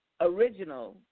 Original